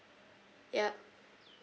ya